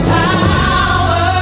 power